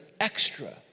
extra